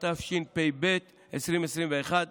התשפ"ב 2021,